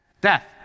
death